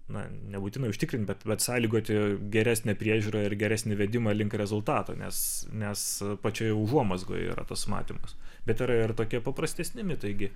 na nebūtinai užtikrint bet sąlygoti geresnę priežiūrą ir geresnį vedimą link rezultato nes nes pačioje užuomazgoje yra tas matymas bet yra ir tokie paprastesni mitai gi